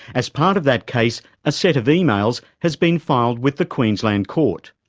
as part of that case, a set of emails has been filed with the queensland court.